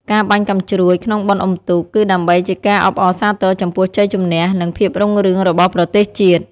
ការបាញ់កាំជ្រួចក្នុងបុណ្យអុំទូក គឺដើម្បីជាការអបអរសាទរចំពោះជ័យជម្នះ និងភាពរុងរឿងរបស់ប្រទេសជាតិ។